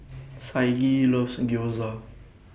Saige loves Gyoza